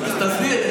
תסביר.